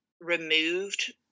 removed